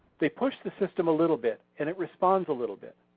they push the system a little bit and it responds a little bit.